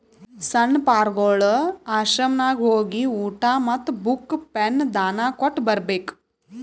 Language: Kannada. ಸಣ್ಣು ಪಾರ್ಗೊಳ್ ಆಶ್ರಮನಾಗ್ ಹೋಗಿ ಊಟಾ ಮತ್ತ ಬುಕ್, ಪೆನ್ ದಾನಾ ಕೊಟ್ಟ್ ಬರ್ಬೇಕ್